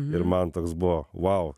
ir man toks buvo vau